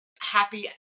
happy